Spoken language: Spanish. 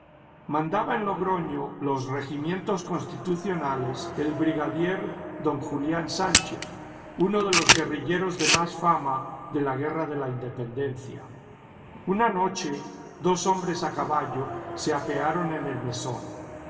mandaba en logroño los regimientos constitucionales el brigadier don julián sánchez uno de los guerrilleros de más fama de la guerra de la independencia una noche dos hombres a caballo se apearon en el mesón